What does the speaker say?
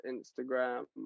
Instagram